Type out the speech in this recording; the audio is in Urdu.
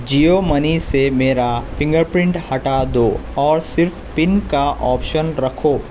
جیو منی سے میرا فنگرپرنٹ ہٹا دو اور صرف پن کا آپشن رکھو